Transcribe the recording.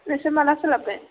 नोंसोर माला सोलाबगोन